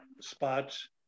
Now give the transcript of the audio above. spots